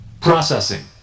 Processing